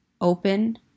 open